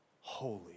holy